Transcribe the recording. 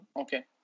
Okay